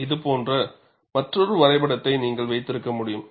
இது போன்ற மற்றொரு வரைபடத்தை நீங்கள் வைத்திருக்க முடியும்